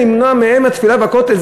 למנוע מהם תפילה בכותל?